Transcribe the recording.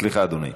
סליחה, אדוני.